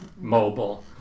Mobile